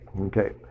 Okay